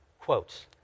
Quotes